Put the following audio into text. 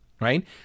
right